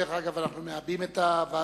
דרך אגב, אנחנו מעבים את הוועדות.